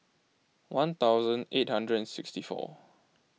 one thousand eight hundred and sixty four